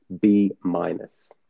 B-minus